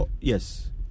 yes